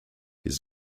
his